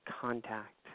Contact